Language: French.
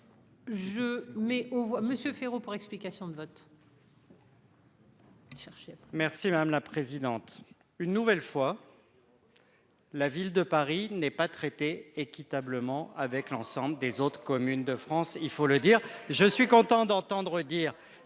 Je mets aux voix Monsieur Féraud pour explications de vote. Merci madame la présidente, une nouvelle fois. La ville de Paris n'est pas traitée équitablement avec l'ensemble des autres communes de France, il faut le dire, je suis content d'entendre dire